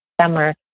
summer